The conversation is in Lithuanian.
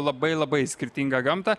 labai labai skirtingą gamtą